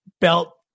belt